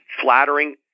flattering